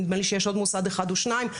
נדמה לי שיש עוד מוסד אחד או שניים,